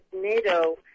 NATO